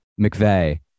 McVeigh